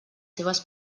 seves